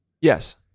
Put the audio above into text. Yes